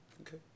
Okay